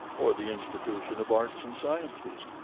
or the institution of arts and sciences.